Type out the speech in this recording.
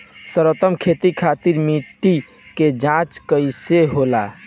सर्वोत्तम खेती खातिर मिट्टी के जाँच कईसे होला?